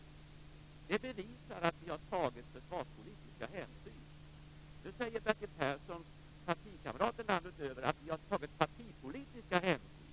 Det bevisar att vi har tagit försvarspolitiska hänsyn. Nu säger Bertil Perssons partikamrater landet runt att vi har tagit partipolitiska hänsyn.